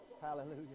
Hallelujah